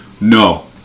No